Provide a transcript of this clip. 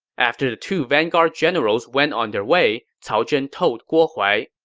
after the two vanguard generals went on their way, cao zhen told guo huai,